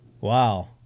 Wow